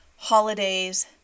Holidays